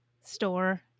store